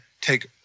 take